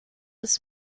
des